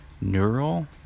Neural